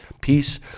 peace